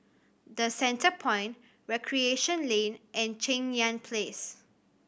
The Centrepoint Recreation Lane and Cheng Yan Place